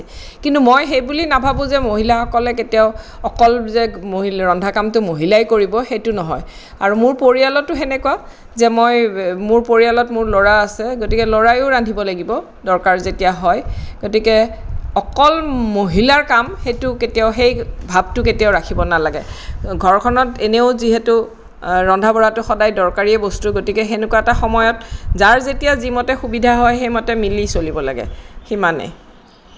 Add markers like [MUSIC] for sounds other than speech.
কিন্তু মই সেইবুলি নাভাৱো যে মহিলাসকলে কেতিয়াও অকল যে [UNINTELLIGIBLE] ৰন্ধা কামটো মহিলাই কৰিব সেইটো নহয় আৰু মোৰ পৰিয়ালতো সেনেকুৱা যে মই মোৰ পৰিয়ালত মোৰ ল'ৰা আছে গতিকে ল'ৰায়ো ৰান্ধিব লাগিব দৰকাৰ যেতিয়া হয় গতিকে অকল মহিলাক কাম সেইটো কেতিয়াও সেই ভাৱটো কেতিয়াও ৰাখিব নালাগে ঘৰখনত এনেও যিহেতু ৰন্ধা বঢ়াটো সদায় দৰকাৰীয়ে বস্তু গতিকে সেনেকুৱা এটা সময়ত যাৰ যেতিয়া যিমতে সুবিধা হয় সেইমতে মিলি চলিব লাগে সিমানেই